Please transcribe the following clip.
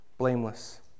blameless